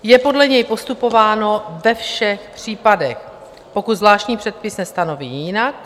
Je podle něj postupováno ve všech případech, pokud zvláštní předpis nestanoví jinak.